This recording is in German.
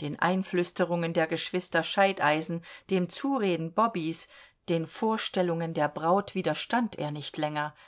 den einflüsterungen der geschwister scheideisen dem zureden bobbys den vorstellungen der braut widerstand er nicht länger